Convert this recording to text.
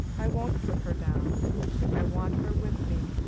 i won't put her down i want her with me.